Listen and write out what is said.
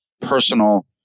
personal